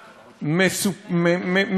מעציבה,